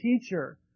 teacher